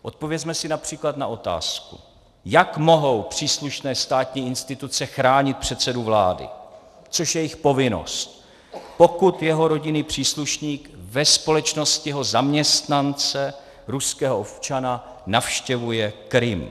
Odpovězme si například na otázku, jak mohou příslušné státní instituce chránit předsedu vlády, což je jejich povinnost, pokud jeho rodinný příslušník ve společnosti jeho zaměstnance, ruského občana, navštěvuje Krym.